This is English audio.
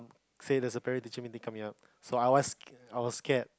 say there's a parent teacher meeting coming up so I was I was scared